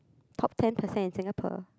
top ten percent in Singapore